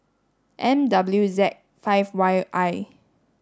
M W Z five Y I